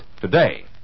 today